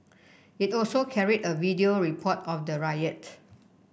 it also carry a video report of the riot